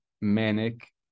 manic